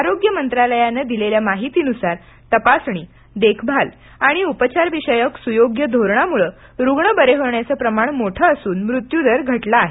आरोग्य मंत्रालयाने दिलेल्या माहितीनुसार तपासणी देखभाल आणि उपचारविषयक सुयोग्य धोरणामुळे रुग्ण बरे होण्याच प्रमाण मोठं असून मृत्यूदर घाटला आहे